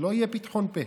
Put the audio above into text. שלא יהיה פיתחון פה.